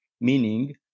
meaning